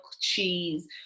cheese